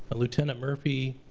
lieutenant murphy